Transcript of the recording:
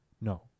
No